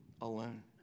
alone